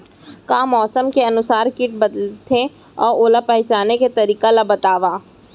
का मौसम के अनुसार किट बदलथे, ओला पहिचाने के तरीका ला बतावव?